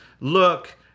look